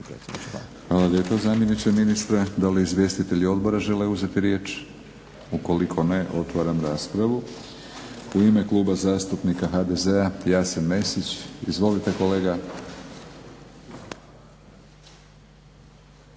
Hvala lijepa zamjeniče ministra. Da li izvjestitelji odbora žele uzeti riječ? Ukoliko ne, otvaram raspravu. U ime Kluba zastupnika HDZ-a Jasen Mesić. Izvolite kolega.